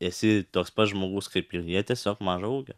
esi toks pat žmogus kaip ir jie tiesiog mažo ūgio